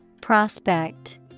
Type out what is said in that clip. Prospect